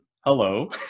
hello